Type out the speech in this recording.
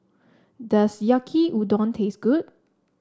does Yaki Udon taste good